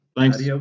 Thanks